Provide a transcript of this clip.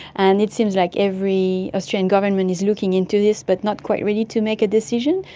and it seems like every australian government is looking into this but not quite ready to make a decision,